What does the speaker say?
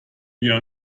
wir